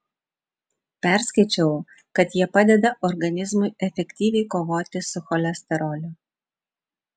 perskaičiau kad jie padeda organizmui efektyviai kovoti su cholesteroliu